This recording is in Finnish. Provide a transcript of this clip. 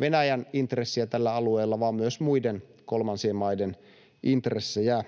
Venäjän intressiä tällä alueella vaan myös muiden kolmansien maiden intressejä.